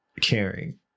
caring